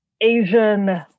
asian